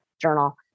journal